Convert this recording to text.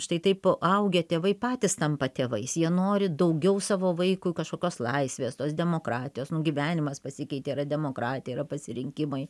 štai taip augę tėvai patys tampa tėvais jie nori daugiau savo vaikui kažkokios laisvės tos demokratijos nu gyvenimas pasikeitė yra demokratija yra pasirinkimai